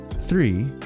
Three